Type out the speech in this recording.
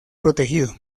protegido